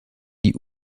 die